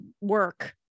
work